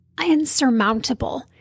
insurmountable